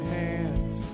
hands